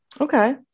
Okay